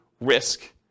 risk